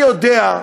אני יודע,